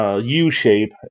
U-shape